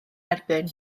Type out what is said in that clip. erbyn